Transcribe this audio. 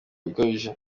ukabije